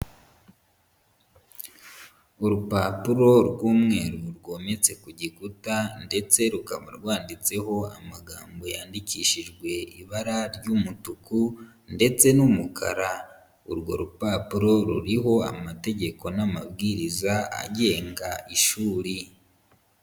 Urupapuro rw'umweru rwometse ku gikuta ndetse rukaba rwanditseho amagambo yandikishijwe ibara ry'umutuku ndetse n'umukara, urwo rupapuro ruriho amategeko n'amabwiriza agenga ishuri.